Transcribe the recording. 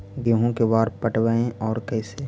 गेहूं के बार पटैबए और कैसे?